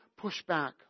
pushback